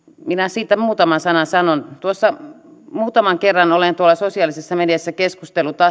minä siitä asiasta sanon muutaman sanan muutaman kerran olen tuolla sosiaalisessa mediassa keskustellut asiasta